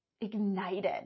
ignited